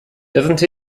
doesn’t